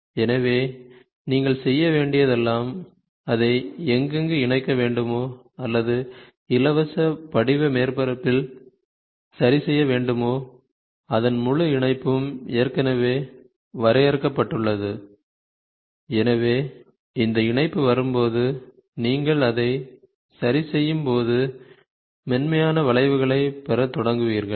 எனவே நீங்கள் செய்ய வேண்டியதெல்லாம் அதை எங்கெங்கு இணைக்க வேண்டுமோ அல்லது இலவச படிவ மேற்பரப்பில் சரிசெய்ய வேண்டுமோ அதன் முழு இணைப்பும் ஏற்கனவே வரையறுக்கப்பட்டுள்ளது எனவே இந்த இணைப்பு வரும்போது நீங்கள் அதை சரி செய்யும் போது மென்மையான வளைவுகளை பெற தொடங்குவீர்கள்